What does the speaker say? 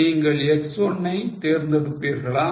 நீங்கள் X1 ஐ தேர்ந்தெடுப்பீர்களா